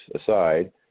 aside